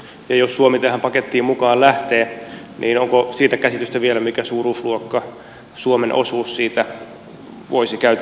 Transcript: jos suomi tähän pakettiin mukaan lähtee onko siitä käsitystä vielä mitä suuruusluokkaa suomen osuus siitä voisi käytännössä olla